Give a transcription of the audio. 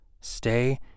stay